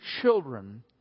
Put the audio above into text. children